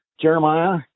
Jeremiah